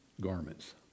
garments